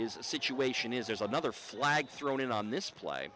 is the situation is there's another flag thrown in on this pla